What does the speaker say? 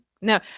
no